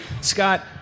Scott